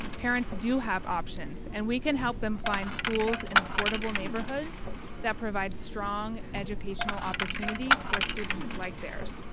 parents do have options and we can help them find schools in affordable neighborhoods that provide strong educational opportunity for students like theirs.